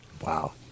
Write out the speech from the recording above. Wow